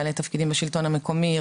בעלי תפקידים בשלטון המקומי,